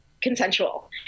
consensual